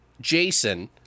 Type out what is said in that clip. Jason